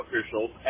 officials